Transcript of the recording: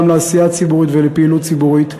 גם לעשייה הציבורית ולפעילות ציבורית.